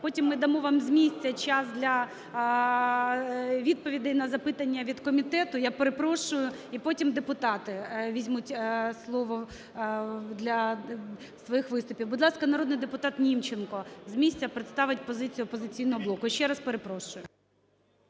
потім ми дамо вам з місця час для відповідей на запитання від комітету, я перепрошую, і потім депутати візьмуть слово для своїх виступів. Будь ласка, народний депутат Німченко з місця представить позицію "Опозиційного блоку". Ще раз перепрошую.